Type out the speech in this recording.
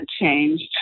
changed